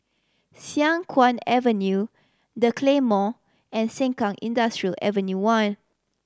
Siang Kuang Avenue The Claymore and Sengkang Industrial Avenue One